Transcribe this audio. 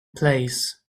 place